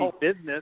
business